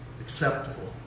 acceptable